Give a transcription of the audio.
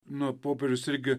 nu popiežius irgi